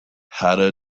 hatta